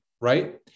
right